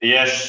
Yes